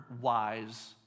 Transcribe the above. wise